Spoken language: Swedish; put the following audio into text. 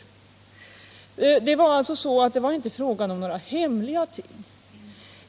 Det var alltså inte fråga om några hemliga ting.